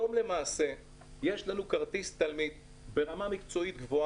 הדבר החשוב גם זה שתלמידים יכולים להגיש